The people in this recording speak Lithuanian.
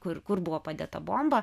kur kur buvo padėta bomba